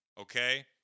okay